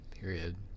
Period